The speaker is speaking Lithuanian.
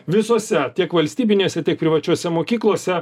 visose tiek valstybinėse tiek privačiose mokyklose